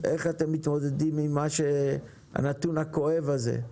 איך אתם מתמודדים עם הנתון הכואב הזה,